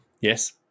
Yes